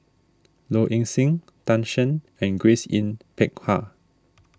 Low Ing Sing Tan Shen and Grace Yin Peck Ha